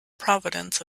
province